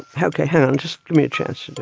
yeah ok, hold on. just give me a chance to do